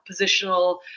positional